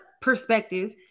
perspective